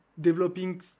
developing